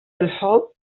الحب